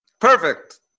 Perfect